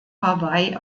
hawaii